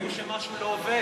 אבל זה ברור שמשהו לא עובד.